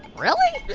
really?